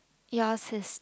yours is